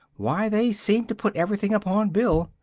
why, they seem to put everything upon bill!